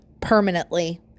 permanently